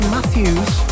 Matthews